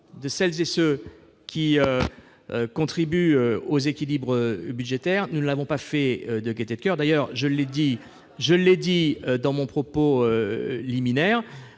de celles et ceux qui contribuent aux équilibres budgétaires, nous ne l'avons pas fait de gaieté de coeur. Je l'ai souligné dans mon propos liminaire